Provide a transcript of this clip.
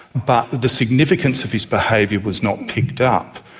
but the significance of his behaviour was not picked up.